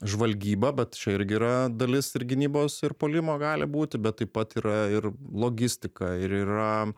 žvalgyba bet čia irgi yra dalis ir gynybos ir puolimo gali būti bet taip pat yra ir logistika ir yra